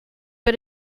but